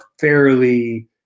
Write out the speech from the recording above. fairly